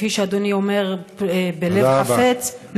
כפי שאדוני אומר: בלב חפץ,